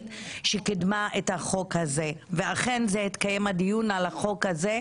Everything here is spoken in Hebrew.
שקידמה את החוק הזה ואכן התקיים הדיון על החוק הזה,